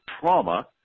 trauma